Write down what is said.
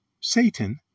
Satan